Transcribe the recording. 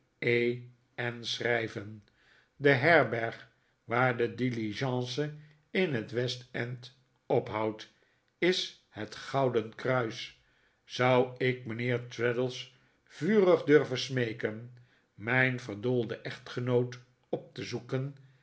e n sehrijven de herberg waar de diligence in het west-end ophoudt is het gouden kruis zou ik mijnheer traddles vurig durven smeeken mijn verdoolden echtgenoot op te zoeken